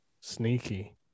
Sneaky